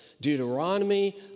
Deuteronomy